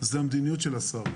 זו המדיניות של השר.